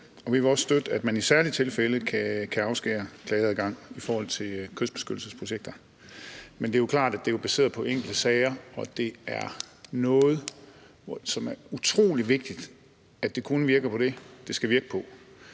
vi vil også støtte, at man i særlige tilfælde kan afskære klageadgang i forhold til kystbeskyttelsesprojekter. Men det er jo klart, at det jo er baseret på enkelte sager, og det er noget, som er utrolig vigtigt, altså at det kun virker på det, der skal virke på.